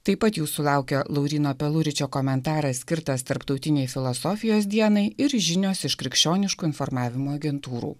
taip pat jūsų laukia lauryno peluričio komentaras skirtas tarptautinei filosofijos dienai ir žinios iš krikščioniško informavimo agentūrų